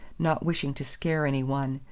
not wishing to scare any one,